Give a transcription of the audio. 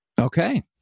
okay